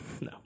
No